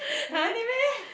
really meh